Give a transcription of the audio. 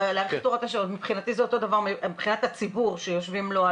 מבחינת הציבור זה אותו הדבר.